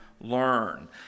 learn